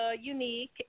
Unique